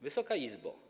Wysoka Izbo!